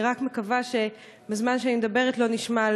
אני רק מקווה שבזמן שאני מדברת לא נשמע,